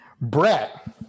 Brett